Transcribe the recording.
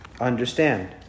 understand